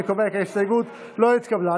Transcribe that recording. אני קובע כי ההסתייגות לא התקבלה.